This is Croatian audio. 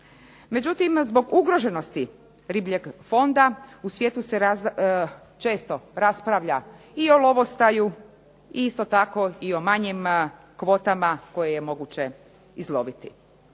Međutim, zbog ugroženosti ribljeg fonda u svijetu se često raspravlja i o lovostaju i isto tako o manjim kvotama koje je moguće izloviti.